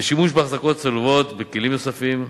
ושימוש באחזקות צולבות ובכלים נוספים,